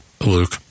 Luke